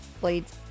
blades